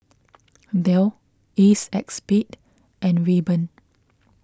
Dell A Cex Spade and Rayban